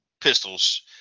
pistols